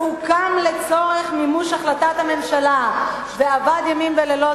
שהוקם לצורך מימוש החלטת הממשלה ועבד ימים ולילות.